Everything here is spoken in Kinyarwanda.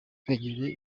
twegereye